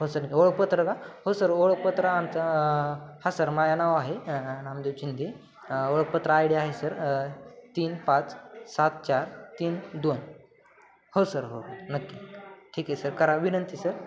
हो सर नक्की ओळखपत्र का हो सर ओळखपत्र आमचा हां सर माझा नाव आहे नामदेव चिंदे ओळखपत्र आय डी आहे सर तीन पाच सात चार तीन दोन हो सर हो नक्की ठीक आहे सर करा विनंती सर